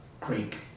great